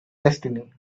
destiny